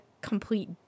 complete